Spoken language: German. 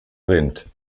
rind